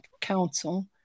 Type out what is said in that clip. Council